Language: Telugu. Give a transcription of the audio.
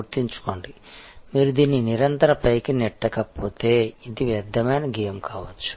గుర్తుంచుకోండి మీరు దీన్ని నిరంతరం పైకి నెట్టకపోతే ఇది వ్యర్థమైన గేమ్ కావచ్చు